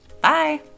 Bye